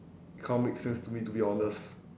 it kind of makes sense to me to be honest